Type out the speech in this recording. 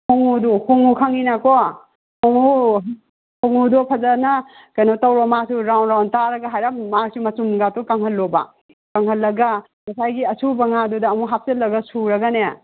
ꯍꯣꯡꯉꯨꯗꯨ ꯍꯣꯡꯉꯨ ꯈꯪꯉꯤꯅꯀꯣ ꯍꯣꯡꯉꯨ ꯍꯣꯡꯉꯨꯗꯨ ꯐꯖꯅ ꯀꯩꯅꯣ ꯇꯧꯔ ꯃꯥꯁꯨ ꯔꯥꯎꯟ ꯔꯥꯎꯟ ꯇꯥꯔꯒ ꯍꯥꯏꯔꯞ ꯃꯥꯁꯨ ꯃꯆꯨꯝ ꯀꯥꯗꯣ ꯀꯪꯍꯜꯂꯣꯕ ꯀꯪꯍꯜꯂꯒ ꯉꯁꯥꯏꯒꯤ ꯑꯁꯨꯕ ꯉꯥꯗꯨꯗ ꯑꯃꯨꯛ ꯍꯥꯞꯆꯤꯜꯂꯒ ꯁꯨꯔꯒꯅꯦ